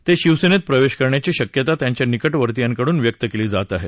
ते शिवसेनेत प्रवेश करण्याची शक्यता त्यांच्या निकटवर्तीयांकडून व्यक्त केली जात आहे